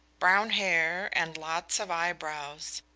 brown hair, and lots of eyebrows.